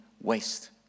waste